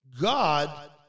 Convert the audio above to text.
God